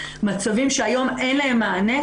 מצבים שהיום אין להם מענה.